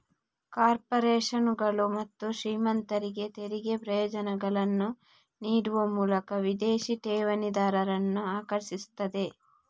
ಕಾರ್ಪೊರೇಷನುಗಳು ಮತ್ತು ಶ್ರೀಮಂತರಿಗೆ ತೆರಿಗೆ ಪ್ರಯೋಜನಗಳನ್ನ ನೀಡುವ ಮೂಲಕ ವಿದೇಶಿ ಠೇವಣಿದಾರರನ್ನ ಆಕರ್ಷಿಸ್ತದೆ